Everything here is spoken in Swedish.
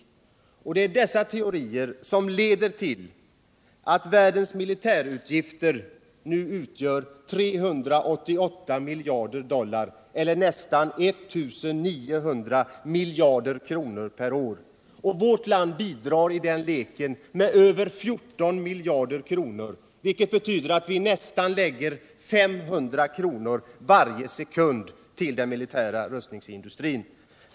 Det är dessa teorier som leder till att världens militärutgifter nu utgör 388 miljarder dollar eller nästan 1 900 miljarder kronor per år — och vårt land bidrar i den leken med över 14 miljarder kronor, vilket betyder att vi nu nästan lägger 500 kr. per sekund till den militära rustningsindustrin.